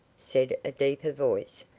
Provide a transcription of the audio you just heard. said a deeper voice,